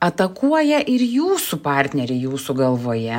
atakuoja ir jūsų partnerį jūsų galvoje